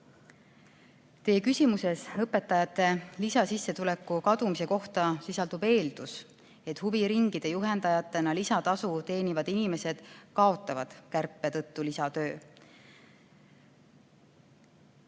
Teie küsimuses õpetajate lisasissetuleku kadumise kohta sisaldub eeldus, et huviringide juhendajatena lisatasu teenivad inimesed kaotavad kärpe tõttu lisatöö.